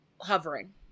hovering